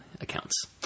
accounts